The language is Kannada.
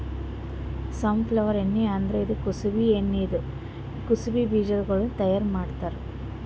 ಸಾರ್ಫ್ಲವರ್ ಎಣ್ಣಿ ಅಂದುರ್ ಕುಸುಬಿ ಎಣ್ಣಿ ಇದು ಕುಸುಬಿ ಬೀಜಗೊಳ್ಲಿಂತ್ ತೈಯಾರ್ ಮಾಡ್ತಾರ್